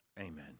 Amen